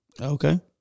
Okay